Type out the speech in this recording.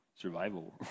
survival